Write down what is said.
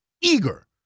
eager